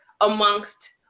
amongst